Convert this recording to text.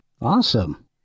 Awesome